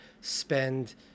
spend